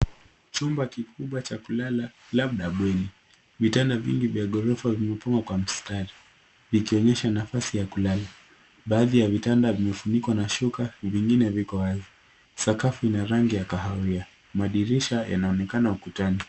Chumba kikubwa cha kulala, labda bweni, vitanda vingi vya gorofa vimepangwa kwa mstari vikionyesha nafasi ya kulala. Baadhi ya vitanda vimefunikwa na shuka, vingine viko wazi. Sakafu ina rangi ya kahawia. Madirisha yanaonekana ukutani.